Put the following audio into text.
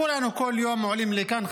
כולנו כל יום עולים לכאן,